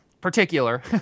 particular